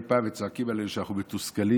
פעם וצועקים עלינו שאנחנו מתוסכלים.